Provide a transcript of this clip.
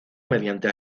mediante